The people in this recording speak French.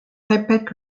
répète